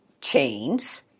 chains